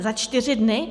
Za čtyři dny?